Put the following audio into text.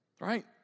right